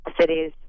cities